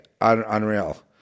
unreal